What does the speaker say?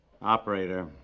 Operator